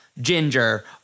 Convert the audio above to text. Ginger